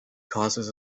causes